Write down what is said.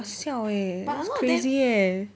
!wah! siao eh it's crazy eh